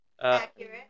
Accurate